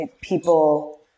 people